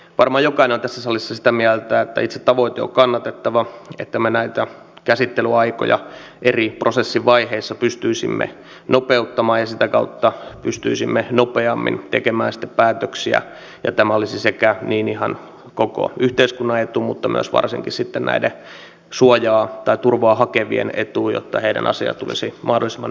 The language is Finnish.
varmaan jokainen on tässä salissa sitä mieltä että itse tavoite on kannatettava että me näitä käsittelyaikoja prosessin eri vaiheissa pystyisimme nopeuttamaan ja sitä kautta pystyisimme nopeammin tekemään sitten päätöksiä ja tämä olisi sekä ihan koko yhteiskunnan etu että myös varsinkin näiden suojaa tai turvaa hakevien etu jotta heidän asiansa tulisi mahdollisimman nopeasti käsiteltyä